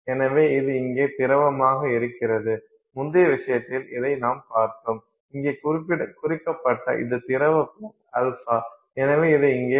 எனவே இது இங்கே திரவமாக இருக்கிறது முந்தைய விஷயத்தில் இதை நாம் பார்த்தோம் இங்கே குறிக்கப்பட்ட இது திரவ பிளஸ் α எனவே இதை இங்கே பார்ப்போம்